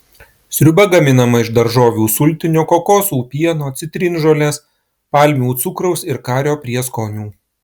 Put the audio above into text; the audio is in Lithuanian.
sriuba gaminama iš daržovių sultinio kokosų pieno citrinžolės palmių cukraus ir kario prieskonių